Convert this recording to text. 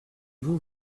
vous